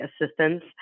assistance